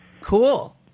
Cool